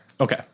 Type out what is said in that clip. Okay